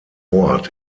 ort